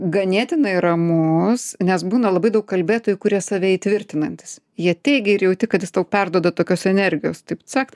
ganėtinai ramus nes būna labai daug kalbėtojų kurie save įtvirtinantys jie teigia ir jauti kad jis tau perduoda tokios energijos taip cakt